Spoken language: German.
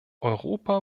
europa